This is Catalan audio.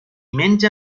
menja